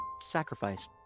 sacrifice